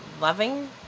loving